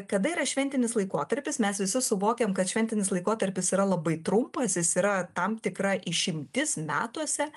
kada yra šventinis laikotarpis mes visi suvokiam kad šventinis laikotarpis yra labai trumpas jis yra tam tikra išimtis metuose